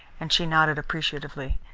and she nodded appreciatively.